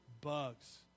bugs